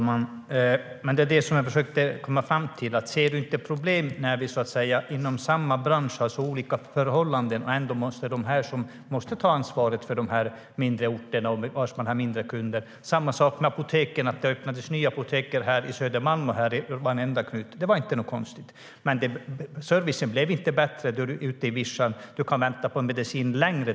Herr talman! Det jag frågade var om Penilla Gunther inte ser ett problem med att man inom samma bransch har så olika förhållanden och att man måste ta ansvar för de mindre orterna där man har mindre kunder. När det gäller apoteken öppnades det nya apotek på Södermalm i varenda knut. Det var inte något konstigt. Men servicen blev inte bättre ute på vischan. Där kan du få vänta på en medicin längre.